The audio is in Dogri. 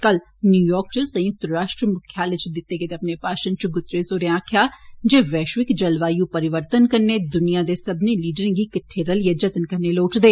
कल न्यूयार्क च संयुक्त राष्ट्र मुख्यालय च दिते गेदे अपने भाषण च गुतरेस होरें आक्खेआ जे वैश्विक जलवायू परिवर्तन कन्नै दुनिया दे सब्बने लीडरें दी किट्डे रलिए जतन करने लोड़चदे